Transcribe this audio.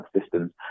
systems